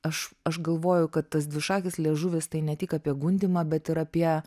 aš aš galvoju kad tas dvišakis liežuvis tai ne tik apie gundymą bet ir apie